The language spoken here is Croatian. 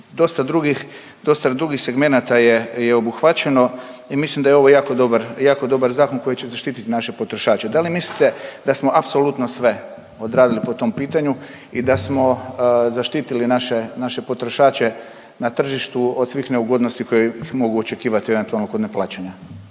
dosta drugih segmenata je, je obuhvaćeno i mislim da je ovo jako dobar, jako dobar zakon koji će zaštiti naše potrošače. Da li mislite da smo apsolutno sve odradili po tom pitanju i da smo zaštitili naše, naše potrošače na tržištu od svih neugodnosti koje ih mogu očekivati eventualno kod neplaćanja?